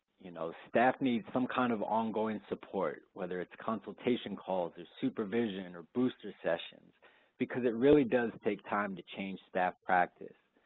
you know staff needs some kind of ongoing support, whether it's consultation calls or supervision or booster sessions because it really does take time to change staff practice.